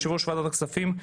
יושב-ראש ועדת הכספים,